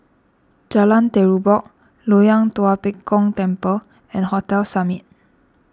Jalan Terubok Loyang Tua Pek Kong Temple and Hotel Summit